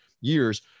years